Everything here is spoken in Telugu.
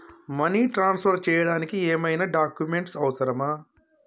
మనీ ట్రాన్స్ఫర్ చేయడానికి ఏమైనా డాక్యుమెంట్స్ అవసరమా?